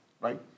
right